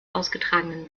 ausgetragenen